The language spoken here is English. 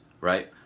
right